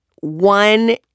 One